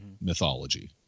mythology